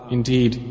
Indeed